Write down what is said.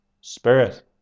spirit